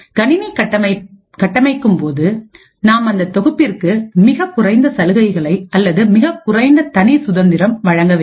கணினி கட்டமைக்கும் போது நாம் அந்ததொகுப்பிற்கு மிகக்குறைந்த சலுகைகளை அல்லது மிகக்குறைந்த தனி சுதந்திரம் வழங்க வேண்டும்